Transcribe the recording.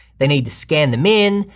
they need to scan them in,